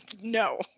No